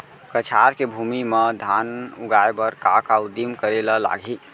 कछार के भूमि मा धान उगाए बर का का उदिम करे ला लागही?